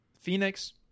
Phoenix